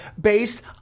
Based